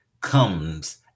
comes